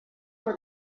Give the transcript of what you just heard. for